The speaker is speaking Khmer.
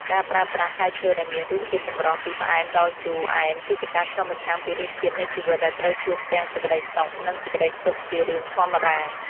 ការប្រើប្រាស់ផ្លែឈើដែលមានរសជាតិចម្រុះពីផ្អែមដល់ជូរអែមគឺជាការឆ្លុះបញ្ចាំងពីរសជាតិនៃជីវិតដែលត្រូវជួបទាំងសេចក្តីសុខ និង សេចក្តីទុក្ខជារឿងធម្មតា។